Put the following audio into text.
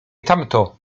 tamto